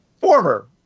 Former